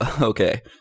Okay